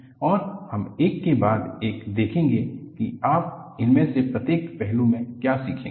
और हम एक के बाद एक देखेंगे की आप इनमें से प्रत्येक पहलू में क्या सीखेंगे